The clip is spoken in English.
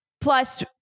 Plus